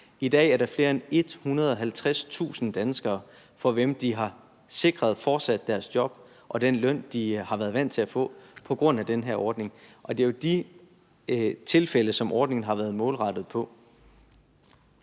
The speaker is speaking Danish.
I dag er der flere end 150.000 danskere, som på grund af den her ordning fortsat har job og den løn, de har været vant til at få. Det er jo de tilfælde, som ordningen har været målrettet mod.